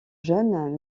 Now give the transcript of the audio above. jeunes